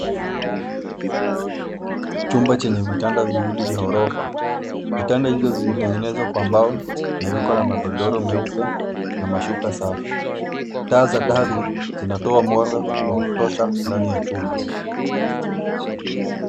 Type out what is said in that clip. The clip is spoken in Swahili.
Chumba chenye vitanda viwili vya ghorofa. Vitanda hivyo vimetengenezwa kwa mbao na viko na magodoro meupe na mashuka safi. Taa za dari zinatoa mwanga wa kutosha ndani ya chumba.